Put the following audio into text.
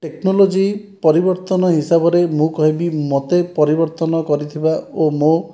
technology ପରିବର୍ତ୍ତନ ହିସାବରେ ମୁଁ କହିବି ମୋତେ ପରିବର୍ତ୍ତନ କରିଥିବା ଓ ମୋ'